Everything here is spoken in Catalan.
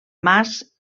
mas